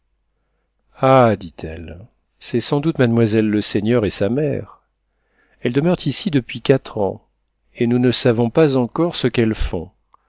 ah dit-elle c'est sans doute mademoiselle leseigneur et sa mère elles demeurent ici depuis quatre ans et nous ne savons pas encore ce qu'elles font